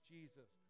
Jesus